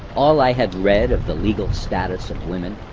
all i had read of the legal status of women,